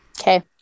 Okay